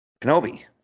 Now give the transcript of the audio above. Kenobi